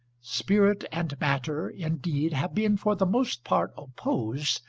spirit and matter, indeed, have been for the most part opposed,